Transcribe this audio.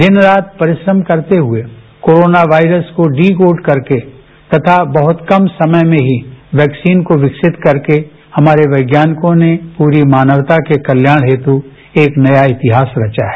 दिनरात परिश्रम करते हुए कोरोना वायरस को डीकोड करके बहुत कम समय में वैक्सीन को विकसित करके हमारे वैज्ञानिकों ने पूरी मानवता के कल्याण के लिये एक नया इतिहास रचा है